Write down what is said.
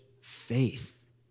faith